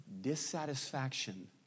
dissatisfaction